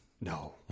No